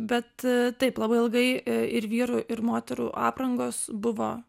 bet taip labai ilgai ir vyrų ir moterų aprangos buvo